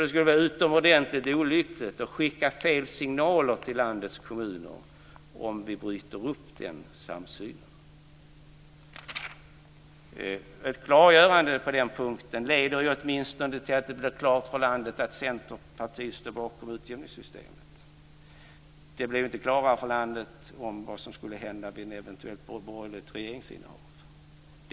Det skulle vara utomordentligt olyckligt och skicka fel signaler till landets kommuner om vi bryter upp den samsynen. Ett klargörande på den punkten leder åtminstone till att det blir klart för landet att Centerpartiet står bakom utjämningssystemet. Det blir inte klarare för landet vad som skulle hända vid ett eventuellt borgerligt regeringsinnehav.